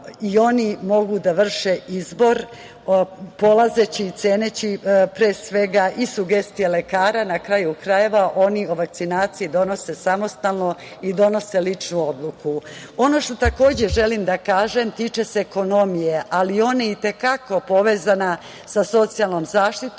i oni mogu da vrše izbor, polazeći i ceneći pre svega i sugestije lekara na kraju krajeva oni o vakcinaciji donose samostalno i donose ličnu odluku. Ono što takođe želim da kažem tiče se ekonomije, ali ona je i te kako povezano sa socijalnom zaštitom.